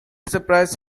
surprised